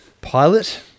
pilot